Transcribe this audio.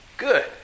Good